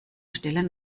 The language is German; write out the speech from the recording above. stille